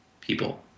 people